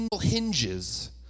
hinges